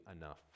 enough